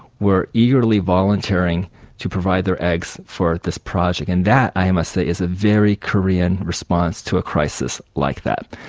were eagerly volunteering to provide their eggs for this project and that, i must say, is a very korean response to a crisis like that.